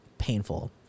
painful